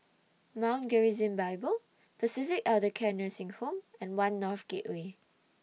Mount Gerizim Bible Pacific Elder Care Nursing Home and one North Gateway